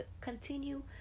continue